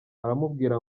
aramubwira